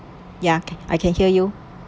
yeah I can hear you